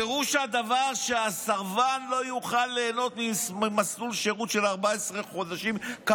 פירוש הדבר שהסרבן לא יוכל ליהנות ממסלול שירות של 14 חודשים בצבא,